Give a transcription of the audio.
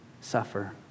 suffer